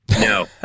No